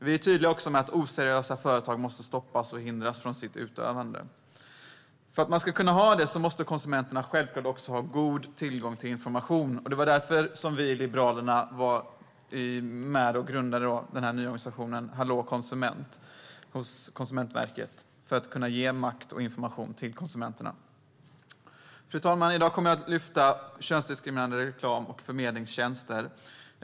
Vi är också tydliga med att oseriösa företag måste stoppas och hindras från sitt utövande. För att ha denna möjlighet måste konsumenterna självklart också ha god tillgång till information. Det var därför vi i Liberalerna var med och grundade den nya organisationen Hallå konsument hos Konsumentverket - för att kunna ge information och makt till konsumenterna. Fru talman! I dag kommer jag att ta upp könsdiskriminerande reklam och förmedlingstjänster.